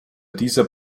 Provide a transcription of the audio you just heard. dieser